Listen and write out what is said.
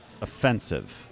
offensive